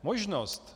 Možnost!